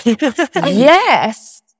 yes